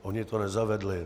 Oni to nezavedli.